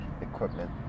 equipment